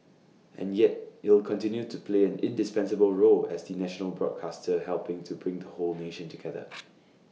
and yet it'll continue to play an indispensable role as the national broadcaster helping to bring the whole nation together